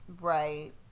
right